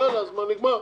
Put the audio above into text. אז נגמר.